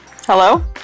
Hello